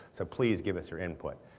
so please give us your input.